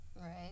Right